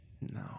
No